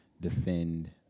defend